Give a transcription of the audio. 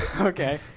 Okay